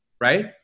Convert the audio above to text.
right